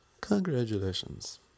Congratulations